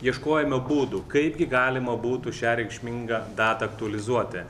ieškojome būdų kaipgi galima būtų šią reikšmingą datą aktualizuoti